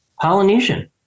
Polynesian